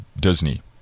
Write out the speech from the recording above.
Disney